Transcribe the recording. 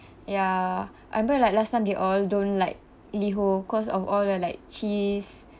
ya I remember like last time they all don't like Liho cause of all the like cheese